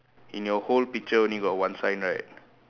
in your whole picture only got one sign right